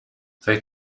they